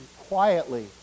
quietly